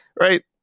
Right